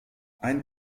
ein